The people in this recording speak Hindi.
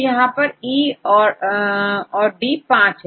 अब यहE औरD पांच है